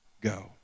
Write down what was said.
go